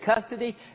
custody